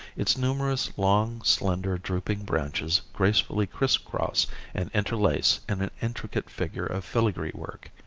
its numerous long, slender, drooping branches gracefully criss-cross and interlace in an intricate figure of filigree work.